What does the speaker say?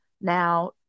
now